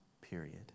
period